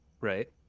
Right